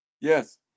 Yes